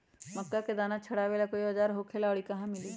मक्का के दाना छोराबेला कोई औजार होखेला का और इ कहा मिली?